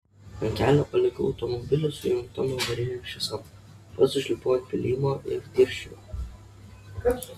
ant kelio palikau automobilį su įjungtom avarinėm šviesom pats užlipau ant pylimo ir dirsčiojau